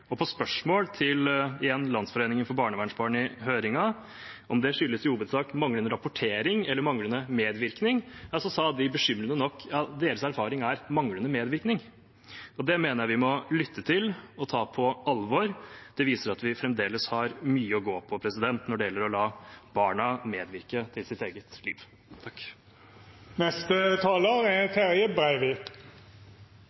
På spørsmål til – igjen – Landsforeningen for barnevernsbarn i høringen om hvorvidt det i hovedsak skyldes manglende rapportering eller manglende medvirkning, sa de, bekymringsfullt nok, at deres erfaring er manglende medvirkning. Det mener jeg vi må lytte til og ta på alvor. Det viser at vi fremdeles har mye å gå på når det gjelder å la barna medvirke til sitt eget liv.